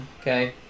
Okay